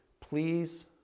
please